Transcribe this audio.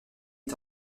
est